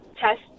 test